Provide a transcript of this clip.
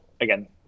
again